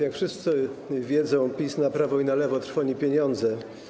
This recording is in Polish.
Jak wszyscy wiedzą, PiS na prawo i na lewo trwoni pieniądze.